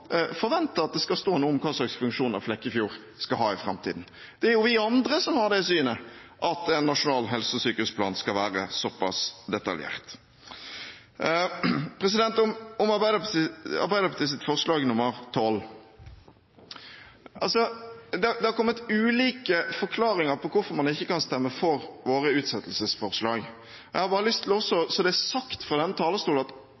forvente at det skal stå noe om hvilke funksjoner Flekkefjord skal ha i framtiden. Det er jo vi andre som har det synet, at en nasjonal helse- og sykehusplan skal være såpass detaljert. Med tanke på Arbeiderpartiets forslag nr. 12 – det har kommet ulike forklaringer på hvorfor man ikke kan stemme for våre utsettelsesforslag. Jeg har bare lyst til å si – så det er sagt fra talerstolen – at alle partier i opposisjonen har